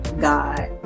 God